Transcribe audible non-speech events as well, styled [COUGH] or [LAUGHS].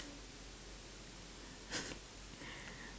[LAUGHS]